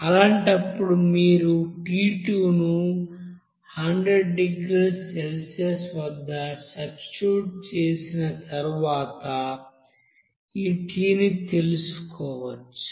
అలాంటప్పుడు మీరు T2 ను 100 డిగ్రీల సెల్సియస్ వద్ద సబ్స్టిట్యూట్ చేసిన తరువాత ఈ t ని తెలుసుకోవచ్చు